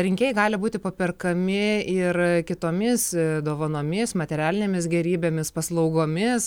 rinkėjai gali būti paperkami ir kitomis dovanomis materialinėmis gėrybėmis paslaugomis